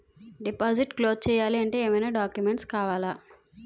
Deposit close చేయాలి అంటే ఏమైనా డాక్యుమెంట్స్ కావాలా?